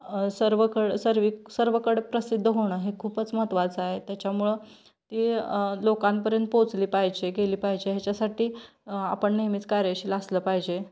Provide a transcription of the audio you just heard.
सर्वकडे सर्व सर्वकडे प्रसिद्ध होणं हे खूपच महत्त्वाचं आहे त्याच्यामुळं ती लोकांपर्यंत पोचली पाहिजे गेली पाहिजे ह्याच्यासाठी आपण नेहमीच कार्यशील असलं पाहिजे